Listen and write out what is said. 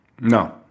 No